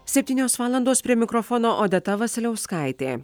septynios valandos prie mikrofono odeta vasiliauskaitė